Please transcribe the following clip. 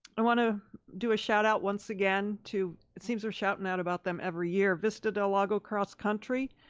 i want to do a shout out once again to, it seems we're shouting out about them every year, vista del lago cross country,